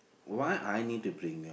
why I need to bring